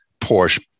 porsche